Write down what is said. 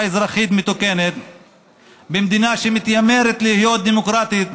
אזרחית מתוקנת במדינה שמתיימרת להיות דמוקרטית